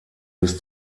bis